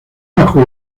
bajo